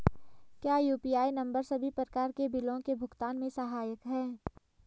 क्या UPI number सभी प्रकार के बिलों के भुगतान में सहायक हैं?